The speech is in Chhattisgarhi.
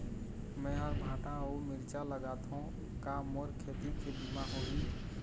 मेहर भांटा अऊ मिरचा लगाथो का मोर खेती के बीमा होही?